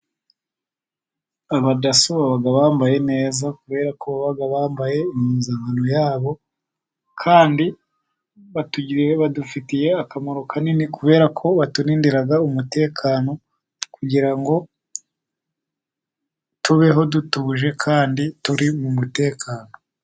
Abadaso baba bambaye neza kuberako baba bambaye impuzankano yabo, kandi batugirire badufitiye akamaro kanini kuberako baturindira umutekano , kugira ngo tubeho dutuje kandi turi mu mutekano.